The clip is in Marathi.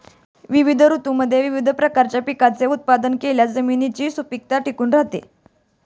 विविध ऋतूंमध्ये विविध प्रकारच्या पिकांचे उत्पादन केल्यास जमिनीची सुपीकता टिकून राहते